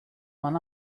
man